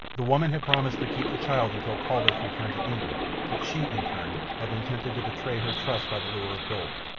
the woman had promised to keep the child until paulvitch returned to england but she, in turn, had been tempted to betray her trust by the lure of gold,